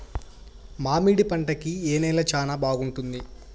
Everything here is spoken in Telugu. మామిడి పంట కి ఏ నేల చానా బాగుంటుంది